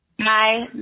Hi